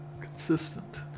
Consistent